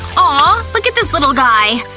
ah look at this little guy!